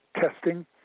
testing